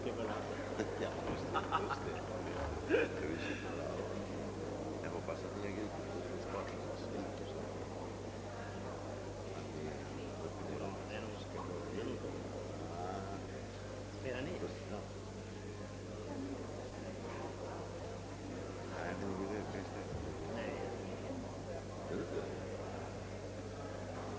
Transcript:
De redan hårt drabbade djuren har råkat ut för ytterligare lidanden genom nedisning.